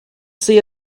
see